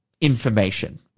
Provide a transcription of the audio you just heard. information